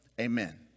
Amen